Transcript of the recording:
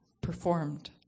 performed